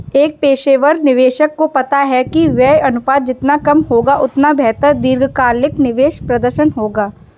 एक पेशेवर निवेशक को पता है कि व्यय अनुपात जितना कम होगा, उतना बेहतर दीर्घकालिक निवेश प्रदर्शन होगा